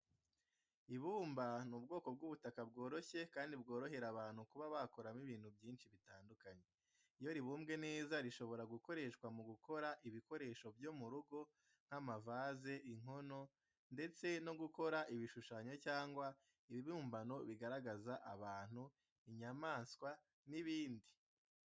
Ibumba ni ubwoko bw'ubutaka bworoshye kandi bworohera abantu kuba bakoramo ibintu byinshi bitandukanye. Iyo ribumbwe neza rishobora gukoreshwa mu gukora ibikoresho byo mu rugo nk'amavaze, inkono, ndetse no gukora ibishushanyo cyangwa ibibumbano bigaragaza abantu, inyamaswa n'ibindi.